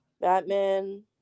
Batman